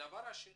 הדבר השני,